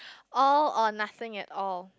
all or nothing at all